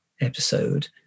episode